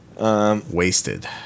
Wasted